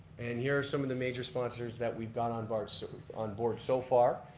and here are some of the major sponsors that we've got on board sort of on board so far.